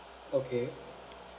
okay